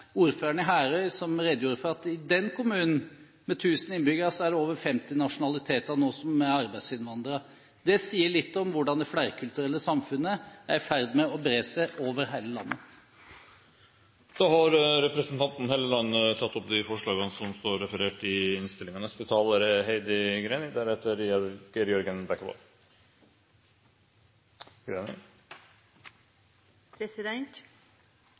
ordføreren i Herøy, som redegjorde for at i denne kommunen, med ca. 1 000 innbyggere, er det nå over 50 nasjonaliteter som er arbeidsinnvandrere. Det sier litt om hvordan det flerkulturelle samfunnet er i ferd med å bre seg over hele landet. Representanten Trond Helleland har tatt opp de forslagene han refererte til. Vi lever i